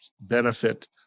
benefit